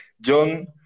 John